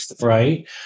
right